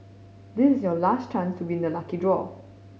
this is your last chance to win the lucky draw